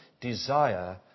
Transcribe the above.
desire